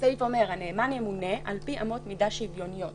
הסעיף אומר: "הנאמן ימונה על-פי אמות מידה שוויוניות